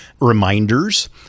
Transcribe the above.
Reminders